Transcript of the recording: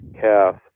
calf